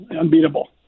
unbeatable